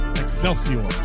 Excelsior